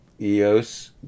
EOS